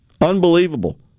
Unbelievable